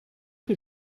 que